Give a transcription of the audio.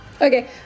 Okay